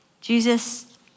Jesus